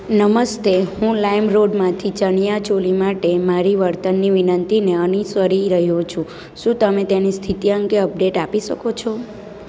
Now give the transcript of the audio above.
નમસ્તે હું લાઈમરોડમાંથી ચણીયા ચોલી માટે મારી વળતરની વિનંતીને અનુસરી રહ્યો છું શું તમે તેની સ્થિતિ અંગે અપડેટ આપી શકો છો